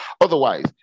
Otherwise